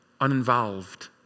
Uninvolved